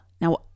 now